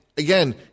Again